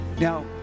Now